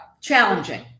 challenging